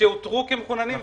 שאותרו כמחוננים,